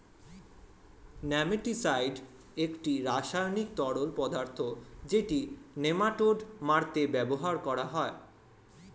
nematicide একটি রাসায়নিক তরল পদার্থ যেটি নেমাটোড মারতে ব্যবহৃত হয়